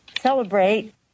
celebrate